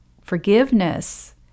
Forgiveness